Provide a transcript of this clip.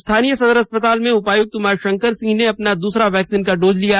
स्थानीय सदर अस्पताल में उपायुक्त उमाशंकर सिंह ने अपना दूसरा वैक्सीन का डोज लिया